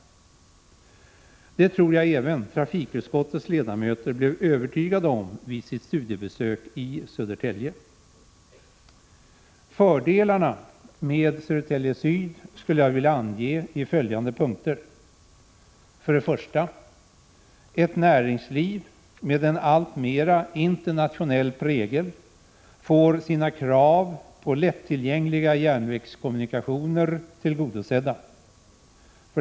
Det tror jag även trafikutskottets ledamöter blev övertygade om vid sitt studiebesök i Södertälje. Jag skulle vilja ange fördelarna med Södertälje Syd i följande punkter. 1. Ett näringsliv med en alltmer internationell prägel får sina krav på lättillgängliga järnvägskommunikationer tillgodosedda. 2.